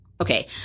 Okay